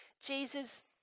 Jesus